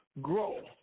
grow